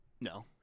No